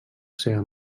seva